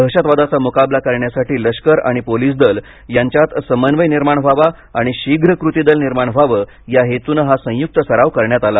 दहशतवादाचा मुकाबला करण्यासाठी लष्कर आणि पोलिस दल यांच्यात समन्वय निर्माण व्हावा आणि शीघ्र कृति दल निर्माण व्हावं या हेतूनं हा संयुक्त सराव करण्यात आला